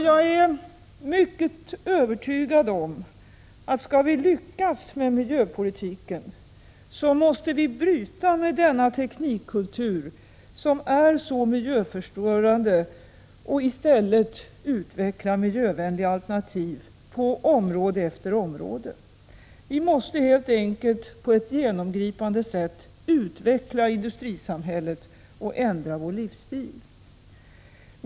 Jag är övertygad om att skall vi lyckas med miljöpolitiken måste vi bryta med denna teknikkultur, som är så miljöförstörande, och i stället utveckla miljövänliga alternativ på område efter område. Vi måste helt enkelt på ett genomgripande sätt utveckla industrisamhället och ändra vår livsstil.